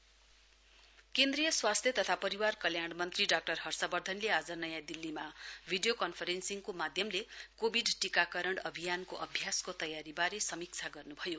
Covid vaccine केन्द्रीय स्वास्थ्य तथा परिवार कल्याण मन्त्री डाक्टर हर्षवर्धनले आज नयाँ दिल्लीमा भिडियो कन्फरेन्सिङको माध्यमले कोविड टीकाकरण अभियानको अभ्यासको तयारीबारे समीक्षा गर्नुभयो